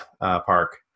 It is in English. park